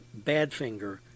Badfinger